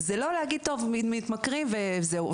זה לא להגיד טוב מתמכרים וזהו.